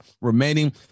remaining